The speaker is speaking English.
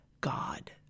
God